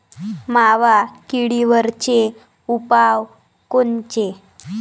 मावा किडीवरचे उपाव कोनचे?